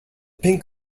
pink